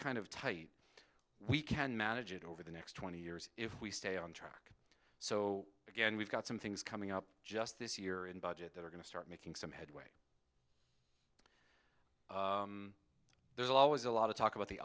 kind of tight we can manage it over the next twenty years if we stay on track so again we've got some things coming up just this year in budget that are going to start making some headway there's always a lot of talk about